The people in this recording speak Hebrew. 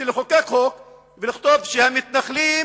לחוקק חוק ולכתוב שהמתנחלים,